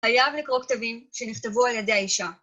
חייב לקרוא כתבים שנכתבו על ידי האישה.